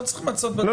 לא, לא.